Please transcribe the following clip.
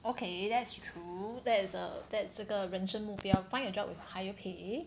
okay that's true that is err that is 这个人生目标 find a job with higher pay